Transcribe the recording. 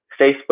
Facebook